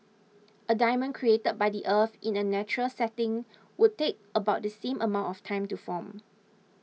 a diamond created by the earth in a natural setting would take about the same amount of time to form